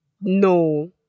no